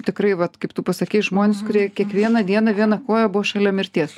tikrai vat kaip tu pasakei žmonės kurie kiekvieną dieną viena koja buvo šalia mirties